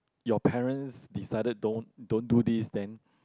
your parents decided don't don't do this then